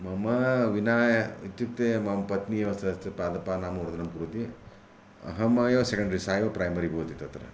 मम विना इत्युक्ते मम पत्नी सस्यपादपानां ओदनं कुर्वति अहमेव सेकेंडरी सा एव प्रैमरी भवति तत्र